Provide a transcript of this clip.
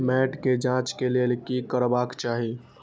मैट के जांच के लेल कि करबाक चाही?